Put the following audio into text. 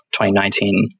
2019